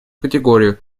категорию